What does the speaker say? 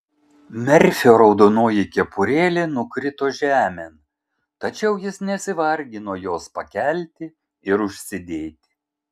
merfio raudonoji kepurėlė nukrito žemėn tačiau jis nesivargino jos pakelti ir užsidėti